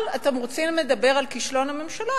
אתם רוצים לדבר על כישלון הממשלה,